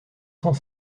cent